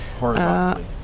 Horizontally